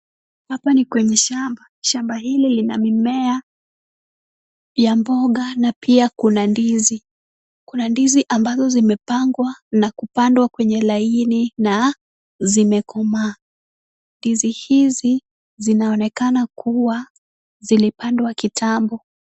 Hapa ni kwenye shamba, shamba hili lina mimea ya mboga na pia kuna ndizi. Kuna ndizi ambazo zimepangwa na kupandwa kwenye laini , na zimekomaa. Ndizi hizi zinaonekana kuwa zilipandwa kitambo.